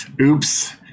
oops